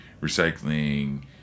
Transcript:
recycling